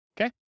Okay